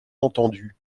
entendu